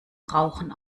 rauchen